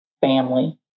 family